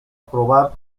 probar